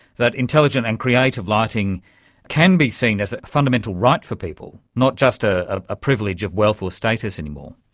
that intelligent and creative lighting can be seen as a fundamental right for people, not just ah a privilege of wealth or status anymore.